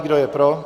Kdo je pro?